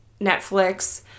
Netflix